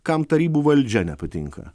kam tarybų valdžia nepatinka